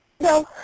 no